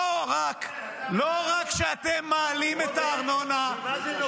--- לא רק שאתם מעלים את הארנונה --- ממה זה נובע?